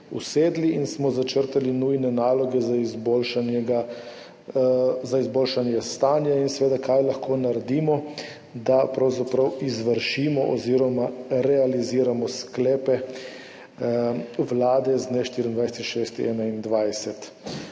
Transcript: in smo začrtali nujne naloge za izboljšanje stanja in seveda kaj lahko naredimo, da pravzaprav izvršimo oziroma realiziramo sklepe Vlade z dne 24. 6.